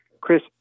Chris